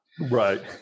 Right